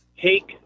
take